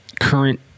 current